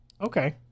Okay